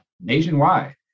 nationwide